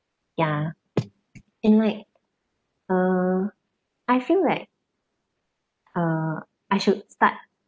ya and like uh I feel that uh I should start